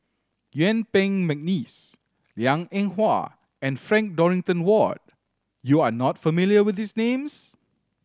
Yuen Peng McNeice Liang Eng Hwa and Frank Dorrington Ward you are not familiar with these names